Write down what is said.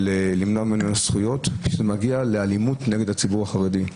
נמנעות ממנו זכויות עד כדי אלימות נגד הציבור החרדי,